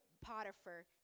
Potiphar